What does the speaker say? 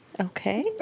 okay